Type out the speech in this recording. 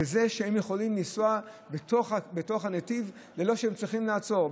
זה שיכולים לנסוע בתוך הנתיב ללא צורך לעצור.